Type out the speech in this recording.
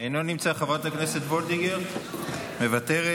אינו נמצא, חברת הכנסת וולדיגר, מוותרת,